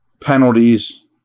Penalties